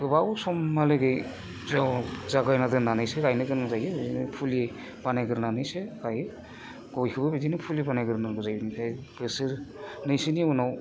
गोबाव समहालागि ज' जागायना दोननानैसो गायनो गोनां जायो बिदिनो फुलि बानायगोरनानैसो गायो गयखौबो बिदिनो फुलि बानायगोरनांगौ जायो बिनिफ्राय बोसोरनैसोनि उनाव